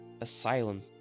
asylum